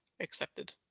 accepted